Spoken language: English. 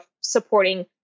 supporting